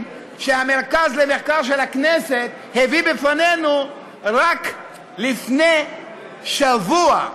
שמרכז המידע והמחקר של הכנסת הביא בפנינו רק לפני שבוע.